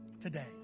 Today